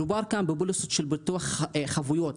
מדובר כאן בפוליסות של ביטוח חבויות,